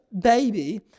baby